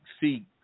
see